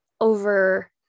over